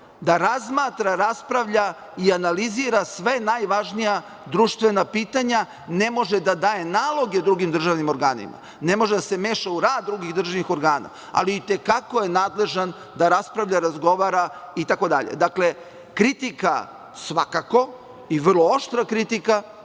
da razmatra, raspravlja i analizira sva najvažnija društvena pitanja. Ne može da daje naloge drugim državnim organima, ne može da se meša u rad drugih državnih organa, ali i te kako je nadležan da raspravlja, razgovara itd. Dakle, kritika, svakako, i vrlo oštra kritika,